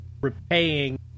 repaying